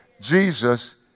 Jesus